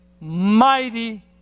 mighty